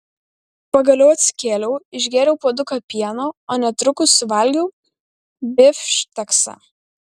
pagaliau atsikėliau išgėriau puoduką pieno o netrukus suvalgiau bifšteksą